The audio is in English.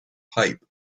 pipe